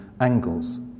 angles